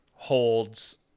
Holds